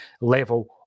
level